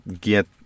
get